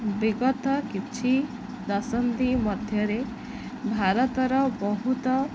ବିଗତ କିଛି ଦଶନ୍ଧି ମଧ୍ୟରେ ଭାରତର ବହୁତ